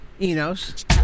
Enos